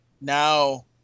now